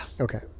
Okay